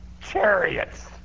Chariots